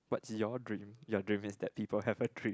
what's your dream your dream is that people have a dream